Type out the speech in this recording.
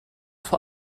vor